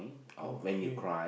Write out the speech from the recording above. okay